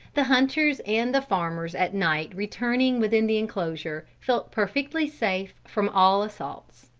the hunters and the farmers at night returning within the enclosure, felt perfectly safe from all assaults.